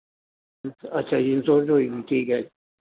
ਅੱਛਾ ਜੀ ਇੰਨਸ਼ੋਅਰੈਂਸ ਹੋਈ ਵੀ ਠੀਕ ਹੈ